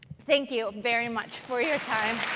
thank you very much for your time.